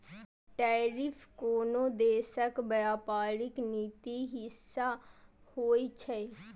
tariff कोनो देशक व्यापारिक नीतिक हिस्सा होइ छै